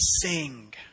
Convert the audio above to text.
sing